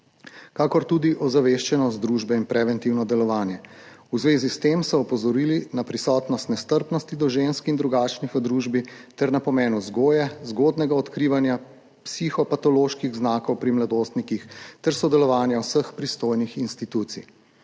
kakor tudi ozaveščenost družbe in preventivno delovanje. V zvezi s tem so opozorili na prisotnost nestrpnosti do žensk in drugačnih v družbi ter na pomen zgodnjega odkrivanja psihopatoloških znakov pri mladostnikih ter sodelovanja vseh pristojnih institucij.